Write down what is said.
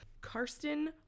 Karsten